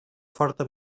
forta